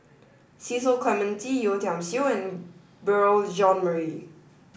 Cecil Clementi Yeo Tiam Siew and Beurel Jean Marie